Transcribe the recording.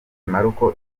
morocco